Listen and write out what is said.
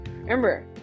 remember